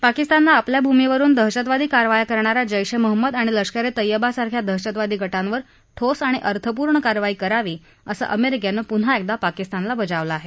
पाकिस्ताननं आपल्या भूमीवरुन दहशतवादी कारवाया करणाऱ्या जैश ए मोहम्मद आणि लष्कर ए तैयब्बासारख्या दहशतवादी गटांवर ठोस आणि अर्थपूर्ण कारवाई करावी असं अमेरिकेनं पुन्हा एकदा पाकिस्तानला बजावलं आहे